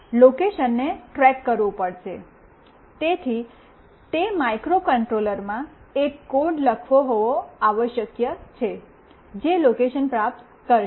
લોકેશનને track કરવું પડશે તેથી તે માઇક્રોકન્ટ્રોલરમાં એક કોડ લખ્યો હોવો આવશ્યક છે જે લોકેશન પ્રાપ્ત કરશે